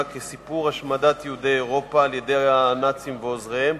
כסיפור השמדת יהודי אירופה בידי הנאצים ועוזריהם.